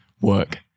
work